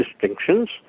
distinctions